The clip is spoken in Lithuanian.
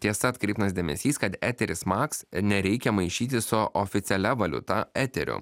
tiesa atkreiptinas dėmesys kad eteris max nereikia maišyti su oficialia valiuta eteriu